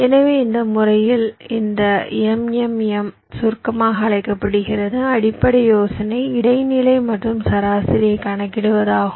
எனவே இந்த முறையில் இந்த MMM சுருக்கமாக அழைக்கப்படுகிறது அடிப்படை யோசனை இடைநிலை மற்றும் சராசரியைக் கணக்கிடுவது ஆகும்